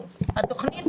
הישיבה